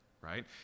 right